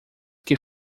que